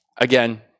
again